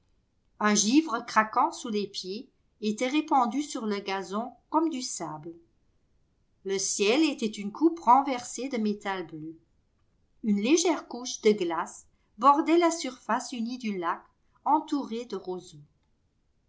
un givre craquant sous les pieds était répandu sur le gazon comme du sable le ciel était une coupe renversée de métal bleu une légère couche de glace bordait la surface unie du lac entouré de roseaux